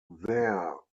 their